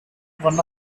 one